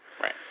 Right